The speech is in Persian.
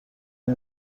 این